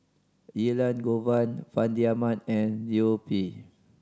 Elangovan Fandi Ahmad and Liu Peihe